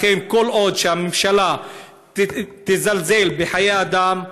לכן, כל עוד הממשלה תזלזל בחיי אדם,